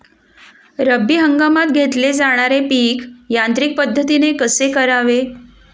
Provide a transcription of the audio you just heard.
रब्बी हंगामात घेतले जाणारे पीक यांत्रिक पद्धतीने कसे करावे?